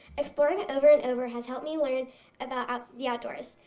exploring it over and over has helped me learn about the outdoors.